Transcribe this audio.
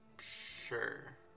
Sure